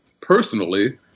personally